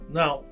now